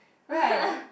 right